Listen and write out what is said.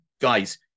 guys